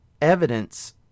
evidence